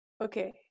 Okay